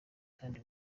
kandi